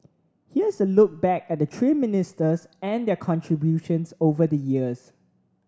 here's a look back at the three ministers and their contributions over the years